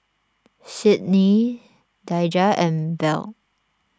Cydney Daija and Bell